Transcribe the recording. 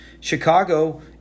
Chicago –